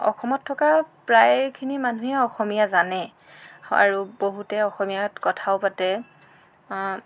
অসমত থকা প্ৰায়খিনি মানুহেই অসমীয়া জানে আৰু বহুতে অসমীয়াত কথাও পাতে